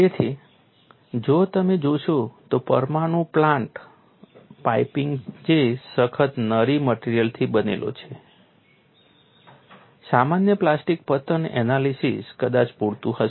તેથી જો તમે જોશો તો પરમાણુ પ્લાન્ટ પાઇપિંગ જે સખત નળી મટેરીઅલથી બનેલો છે સામાન્ય પ્લાસ્ટિક પતન એનાલિસીસ કદાચ પૂરતું હશે